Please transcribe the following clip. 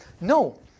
No